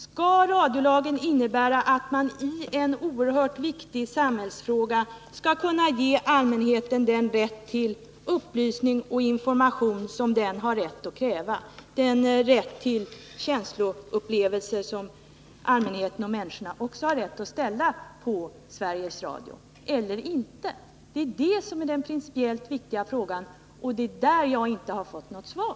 Innebär radiolagen att man i en oerhört viktig samhällsfråga skall kunna ge allmänheten den rätt till upplysning och information söm allmänheten kan kräva, den rätt till känsloupplevelse som människorna också kan ställa krav på när det gäller Sveriges Radio — eller innebär lagen inte det? Det är detta som är den principiellt viktiga frågan, och det är där jag inte har fått något svar.